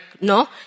no